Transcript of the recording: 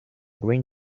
green